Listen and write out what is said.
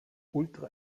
ultra